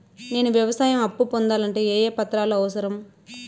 నేను వ్యవసాయం అప్పు పొందాలంటే ఏ ఏ పత్రాలు అవసరం?